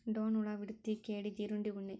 ಡೋಣ ಹುಳಾ, ವಿಡತಿ, ಕೇಡಿ, ಜೇರುಂಡೆ, ಉಣ್ಣಿ